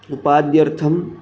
उपाद्यर्थं